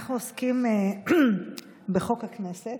אנחנו עוסקים בחוק הכנסת,